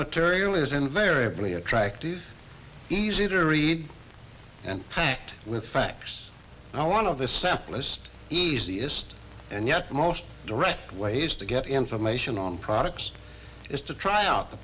material is invariably attractive easy to read and packed with facts i want of the simplest easiest and yet most direct way is to get information on products is to try out the